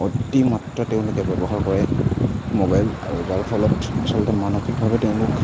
অতিমাত্ৰা তেওঁলোকে ব্যৱহাৰ কৰে মোবাইল আৰু যাৰ ফলত আচলতে মানসিকভাৱে তেওঁলোক